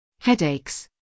headaches